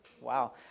Wow